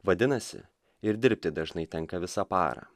vadinasi ir dirbti dažnai tenka visą parą